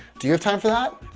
do you have time for that?